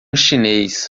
chinês